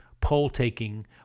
poll-taking